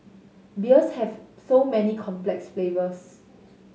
beers have so many complex flavours